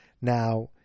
Now